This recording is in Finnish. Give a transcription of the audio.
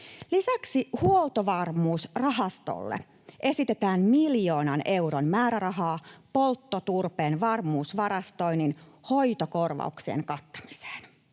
Lisäksi Huoltovarmuusrahastolle esitetään miljoonan euron määrärahaa polttoturpeen varmuusvarastoinnin hoitokorvauksien kattamiseen.